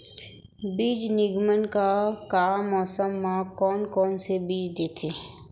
बीज निगम का का मौसम मा, कौन कौन से बीज देथे?